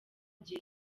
gihe